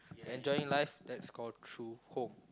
enjoying life that's call true home